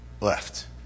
left